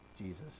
Jesus